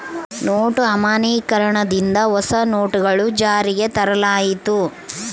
note ಅಮಾನ್ಯೀಕರಣ ದಿಂದ ಹೊಸ ನೋಟುಗಳು ಜಾರಿಗೆ ತರಲಾಯಿತು